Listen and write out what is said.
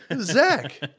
Zach